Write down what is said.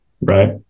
right